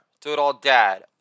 Do-It-All-Dad